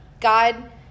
God